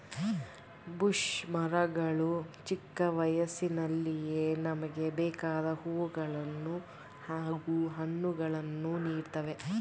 bush ಮರಗಳು ಚಿಕ್ಕ ವಯಸ್ಸಿನಲ್ಲಿಯೇ ನಮ್ಗೆ ಬೇಕಾದ್ ಹೂವುಗಳನ್ನು ಹಾಗೂ ಹಣ್ಣುಗಳನ್ನು ನೀಡ್ತವೆ